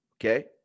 Okay